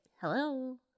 Hello